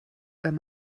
wenn